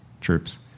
troops